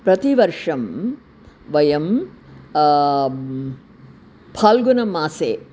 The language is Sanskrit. प्रतिवर्षं वयं फाल्गुनमासे